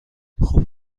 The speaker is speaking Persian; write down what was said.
خوب